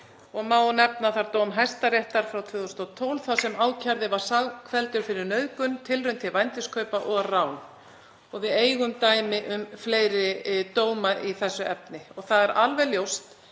og má nefna þar dóm Hæstaréttar frá 2012 þar sem ákærði var sakfelldur fyrir nauðgun, tilraun til vændiskaupa og rán og við eigum dæmi um fleiri dóma í þessu efni. Það er alveg ljóst,